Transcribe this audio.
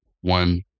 one